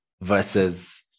versus